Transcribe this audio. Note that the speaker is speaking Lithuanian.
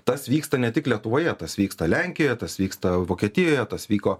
tas vyksta ne tik lietuvoje tas vyksta lenkijoje tas vyksta vokietijoje tas vyko